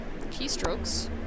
keystrokes